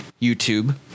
YouTube